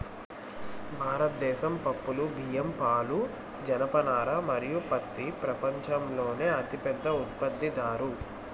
భారతదేశం పప్పులు, బియ్యం, పాలు, జనపనార మరియు పత్తి ప్రపంచంలోనే అతిపెద్ద ఉత్పత్తిదారు